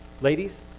ladies